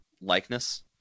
likeness